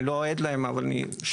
אני לא עד להם, אבל אני שומע.